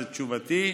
זאת תשובתי: